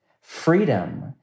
freedom